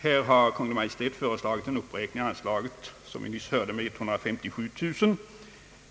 Här har, som vi nyss hörde, Kungl. Maj:t föreslagit en uppräkning av anslaget med 157 000 kronor.